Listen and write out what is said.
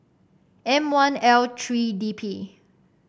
M one L three D P